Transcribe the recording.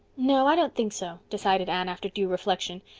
no, i don't think so, decided anne, after due reflection,